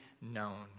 known